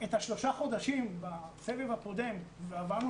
את שלושת החודשים בסבב הקודם ועברנו